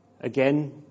Again